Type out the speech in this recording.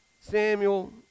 Samuel